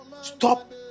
stop